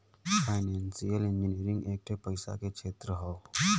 financial engineering एक ठे पढ़ाई के क्षेत्र हौ